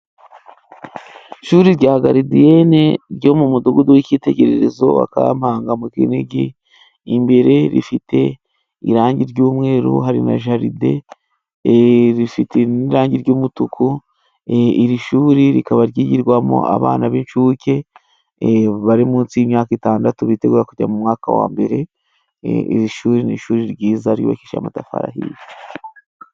Ishuli rya garidiyene ryo mu mudugudu w'icyitegererezo wa kampaga mu Kinigi imbere rifite irangi ry'umweru hari na jaride, rifite irangi ry'umutuku iri shuli rikaba ryigwamo n'abana b'incuke bari munsi y'imyaka itandatu bitegura kujya mu mwaka wa mbere w'ishuli; ni ishulii ryiza ryubakishije amatafari ahiye.